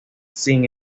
sin